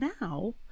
now